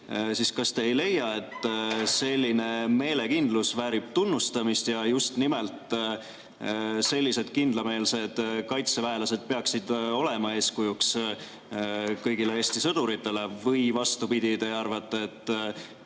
kas te ei leia, et selline meelekindlus väärib tunnustamist ja et just nimelt sellised kindlameelsed kaitseväelased peaksid olema eeskujuks kõigile Eesti sõduritele? Või te, vastupidi, arvate, et